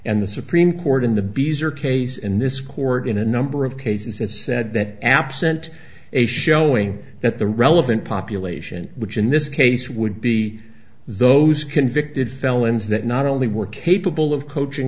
and the supreme court in the beezer case and this court in a number of cases have said that absent a showing that the relevant population which in this case would be those convicted felons that not only were capable of coaching